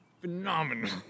phenomenal